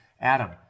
Adam